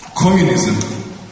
communism